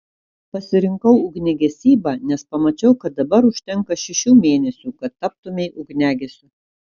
pasirinkau ugniagesybą nes pamačiau kad dabar užtenka šešių mėnesių kad taptumei ugniagesiu